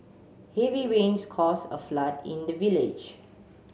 heavy rains caused a flood in the village